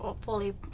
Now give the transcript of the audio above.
fully